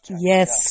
Yes